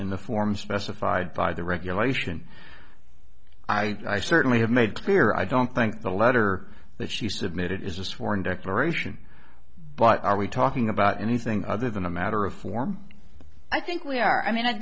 in the form specified by the regulation i certainly have made clear i don't think the letter that she submitted is a sworn declaration but are we talking about anything other than a matter of form i think we are i mean